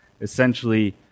essentially